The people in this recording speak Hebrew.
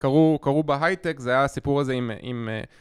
קרו. קרו בהייטק, זה היה הסיפור הזה עם...